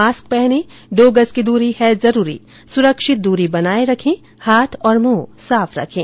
mask पहनें दो गज की दूरी है जरूरी सुरक्षित दूरी बनाए रखें हाथ और मुंह साफ रखें